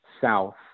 south